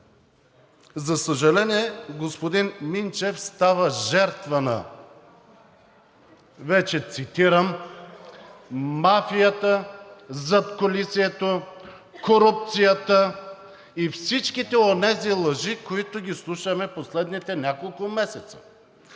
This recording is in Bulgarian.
за съжаление, господин Минчев става жертва на, цитирам: „Мафията, задкулисието, корупцията…“ и всичките онези лъжи, които ги слушаме последните няколко месеца,